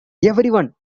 everyone